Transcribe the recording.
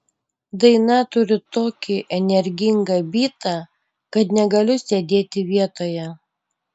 daina turi tokį energingą bytą kad negaliu sėdėti vietoje